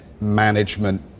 management